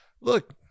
Look